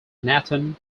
nathan